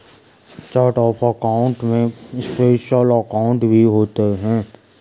chart of account में special account भी होते हैं